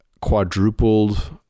quadrupled